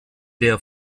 der